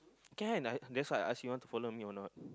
can that's why I ask you want to follow me or not